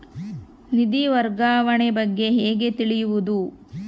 ನಿಧಿ ವರ್ಗಾವಣೆ ಬಗ್ಗೆ ಹೇಗೆ ತಿಳಿಯುವುದು?